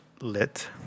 lit